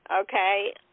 okay